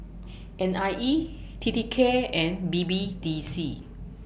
N I E T T K and B B D C